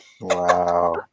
Wow